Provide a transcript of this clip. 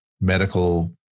medical